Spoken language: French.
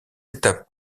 étapes